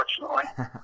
unfortunately